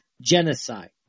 genocide